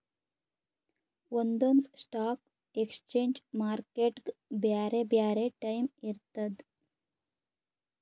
ಒಂದೊಂದ್ stock exchange ಮಾರ್ಕೆಟ್ಗ್ ಬ್ಯಾರೆ ಬ್ಯಾರೆ ಟೈಮ್ ಇರ್ತದ್